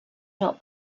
not